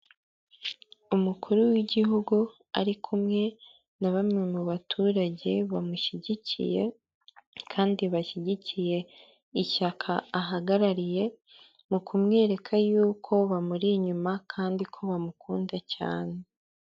Umukuru w'igihugu ari kumwe na bamwe mu baturage bamushyigikiye kandi bashyigikiye ishyaka ahagarariye mu kumwereka yuko bamuri inyuma kandi ko bamukunda cyane.